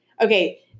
okay